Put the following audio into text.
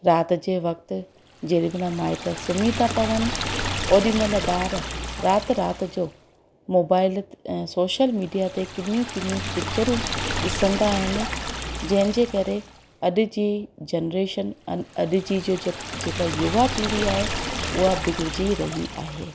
राति जे वक़्त जहिड़ी महिल माइट सुम्ही त पवनि ओॾीमहिल ॿार राति राति जो मोबाइल ऐं सोशल मीडिया ते किनियूं किनियूं पिचरूं ॾिसंदा आहिनि जंहिंजे करे अॼ जी जनरेशन अॼु जी जेका जेका युवा पीढ़ी आहे उहा बिगिड़जी रही आहे